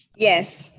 yes.